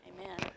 Amen